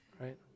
right